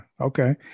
okay